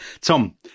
Tom